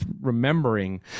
remembering